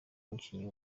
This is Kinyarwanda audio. umukinnyi